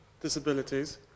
disabilities